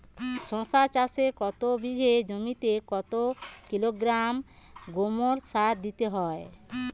শশা চাষে এক বিঘে জমিতে কত কিলোগ্রাম গোমোর সার দিতে হয়?